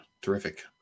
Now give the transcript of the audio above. Terrific